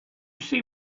see